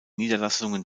niederlassungen